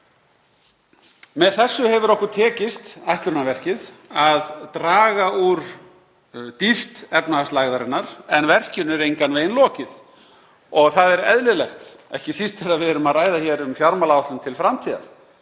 Með þessu hefur okkur tekist ætlunarverkið; að draga úr dýpt efnahagslægðarinnar. En verkinu er engan veginn lokið. Það er eðlilegt, ekki síst þegar við erum að ræða um fjármálaáætlun til framtíðar,